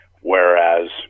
whereas